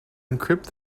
encrypt